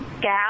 gal